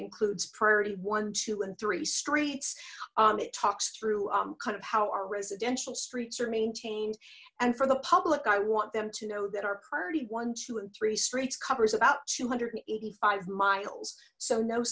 includes priority one two and three streets it talks through kind of how our residential streets are maintained and for the public i want them to know that our priority one two and three streets covers about two hundred and eighty five miles so no